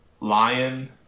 Lion